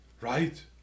Right